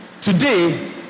today